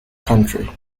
country